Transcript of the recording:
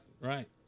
right